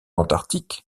antarctique